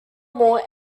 more